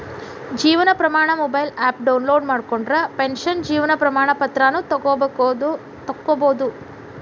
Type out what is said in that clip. Jeevan Pramaan mobile app download ಮಾಡ್ಕೊಂಡ್ರ pension ಜೇವನ್ ಪ್ರಮಾಣ ಪತ್ರಾನ ತೊಕ್ಕೊಬೋದು